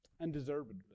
Undeservedly